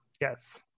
Yes